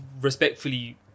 respectfully